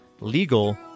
legal